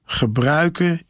gebruiken